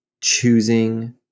Choosing